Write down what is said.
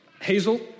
Hazel